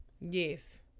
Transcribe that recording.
Yes